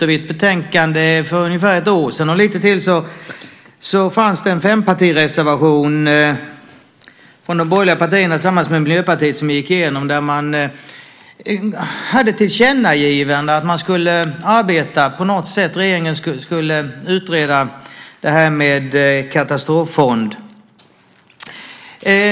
I ett betänkande för ungefär ett år sedan och lite till fanns det en fempartireservation från de borgerliga partierna tillsammans med Miljöpartiet som gick igenom och där man ville ha ett tillkännagivande att regeringen skulle utreda detta med en katastroffond.